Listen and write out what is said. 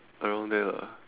around there lah